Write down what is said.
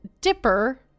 Dipper